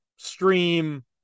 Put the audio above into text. Stream